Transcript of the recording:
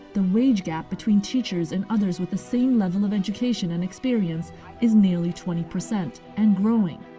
the wage gap between teachers and others with the same level of education and experience is nearly twenty percent and growing.